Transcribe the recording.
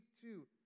two